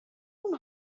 اون